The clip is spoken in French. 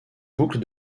boucle